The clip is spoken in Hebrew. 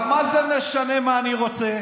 אבל מה זה משנה מה אני רוצה?